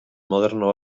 moderno